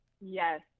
Yes